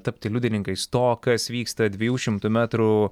tapti liudininkais to kas vyksta dviejų šimtų metrų